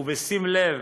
ובשים לב